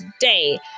today